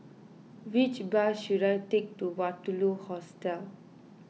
which bus should I take to Waterloo Hostel